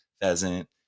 pheasant